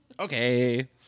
Okay